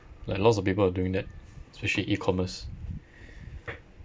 like lots of people are doing that especially e-commerce